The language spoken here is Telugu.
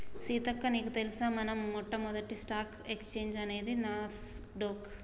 సీతక్క నీకు తెలుసా మన మొట్టమొదటి స్టాక్ ఎక్స్చేంజ్ అనేది నాస్ డొక్